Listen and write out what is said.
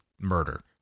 murder